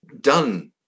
done